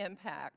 impact